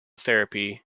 therapy